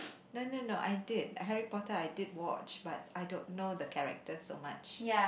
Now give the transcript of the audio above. no no no I did Harry-Potter I did watch but I don't know the characters so much